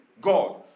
God